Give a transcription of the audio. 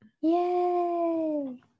Yay